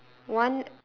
one